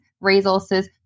resources